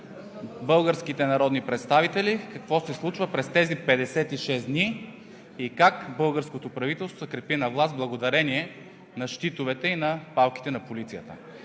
българските народни представители какво се случва през тези 56 дни и как българското правителство се крепи на власт благодарение на щитовете и на палките на полицията.